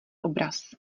obraz